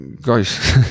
guys